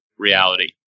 reality